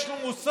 יש לו מוסך,